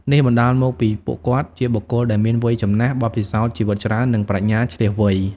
នេះបណ្ដាលមកពីពួកគាត់ជាបុគ្គលដែលមាន វ័យចំណាស់ បទពិសោធន៍ជីវិតច្រើន និងប្រាជ្ញាឈ្លាសវៃ។